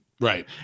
Right